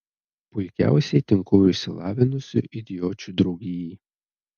puikiausiai tinku išsilavinusių idiočių draugijai